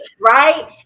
right